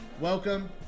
welcome